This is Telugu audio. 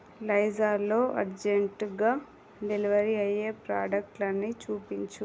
లైజాల్లో అర్జెంట్గా డెలివరీ అయ్యే ప్రాడక్ట్లన్నీ చూపించు